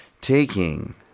Taking